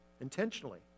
Intentionally